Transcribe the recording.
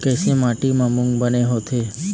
कइसे माटी म मूंग बने होथे?